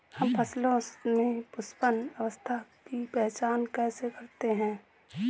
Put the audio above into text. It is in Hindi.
हम फसलों में पुष्पन अवस्था की पहचान कैसे करते हैं?